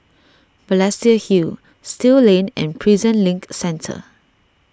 Balestier Hill Still Lane and Prison Link Centre